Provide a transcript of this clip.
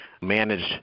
manage